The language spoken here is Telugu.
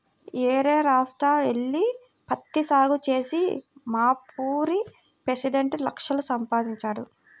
యేరే రాష్ట్రం యెల్లి పత్తి సాగు చేసి మావూరి పెసిడెంట్ లక్షలు సంపాదించాడు